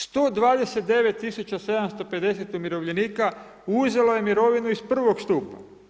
129750 umirovljenika uzelo je mirovinu iz prvog stupa.